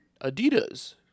Adidas